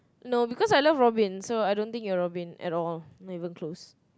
no because I love Robin so I don't think you are Robin at all not even close